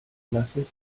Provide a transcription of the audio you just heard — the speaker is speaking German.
lasse